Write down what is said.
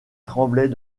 tremblait